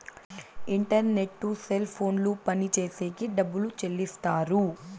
internet cell ఫోన్లు పనిచేసేకి డబ్బులు చెల్లిస్తారు